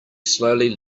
slowly